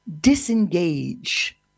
disengage